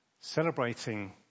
Celebrating